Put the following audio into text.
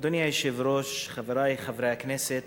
אדוני היושב-ראש, חברי חברי הכנסת,